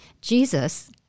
Jesus